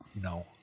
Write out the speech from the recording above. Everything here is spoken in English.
No